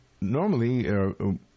normally